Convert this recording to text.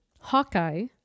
Hawkeye